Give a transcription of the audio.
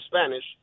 Spanish